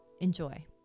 Enjoy